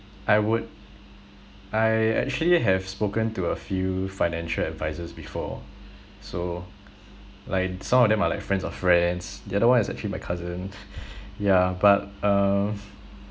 I would I actually have spoken to a few financial advisors before so like some of them are like friends of friends the other one is actually my cousin yeah but uh